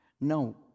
No